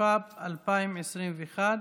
התשפ"ב 2021,